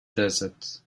desert